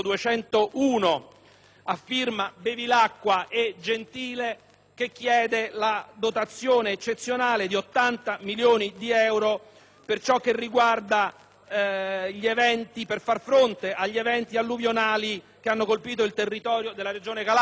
senatori Bevilacqua e Gentile, che chiede la dotazione eccezionale di 80 milioni di euro per far fronte agli eventi alluvionali che hanno colpito il territorio della Regione Calabria.